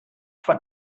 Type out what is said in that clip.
von